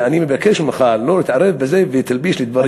ואני מבקש ממך לא להתערב בזה ואל תלביש לי דברים,